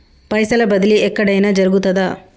పైసల బదిలీ ఎక్కడయిన జరుగుతదా?